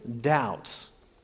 doubts